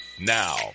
Now